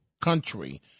country